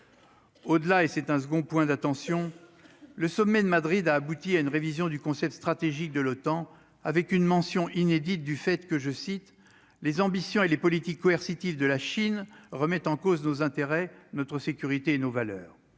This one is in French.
au-delà et c'est un second point d'attention, le sommet de Madrid a abouti à une révision du concept stratégique de l'OTAN, avec une mention inédite du fait que, je cite, les ambitions et les politiques coercitives de la Chine, remettent en cause nos intérêts notre sécurité et nos valeurs,